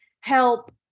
help